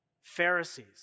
Pharisees